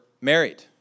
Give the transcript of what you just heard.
married